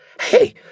Hey